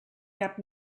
cap